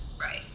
right